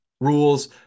rules